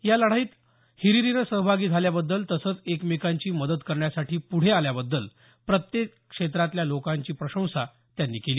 या लढाईत हिरहिरीने सहभागी झाल्याबद्दल तसंच एकमेकांची मदत करण्यासाठी पुढे आल्याबद्दल प्रत्येक क्षेत्रातल्या लोकांची प्रशंसा केली